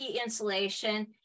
insulation